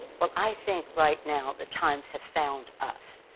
well, i think right now the times have found us.